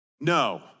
no